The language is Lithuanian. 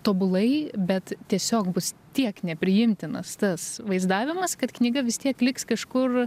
tobulai bet tiesiog bus tiek nepriimtinas tas vaizdavimas kad knyga vis tiek liks kažkur